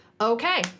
okay